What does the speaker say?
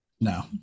No